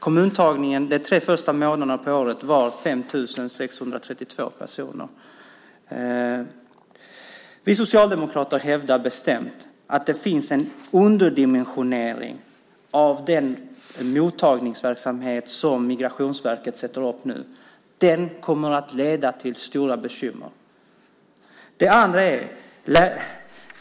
Kommunmottagningen under årets tre första månader var 5 632 personer. Vi socialdemokrater hävdar bestämt att det finns en underdimensionering av den mottagningsverksamhet som Migrationsverket nu sätter upp. Den kommer att leda till stora bekymmer.